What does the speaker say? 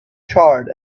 charred